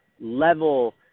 level